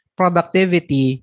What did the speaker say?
productivity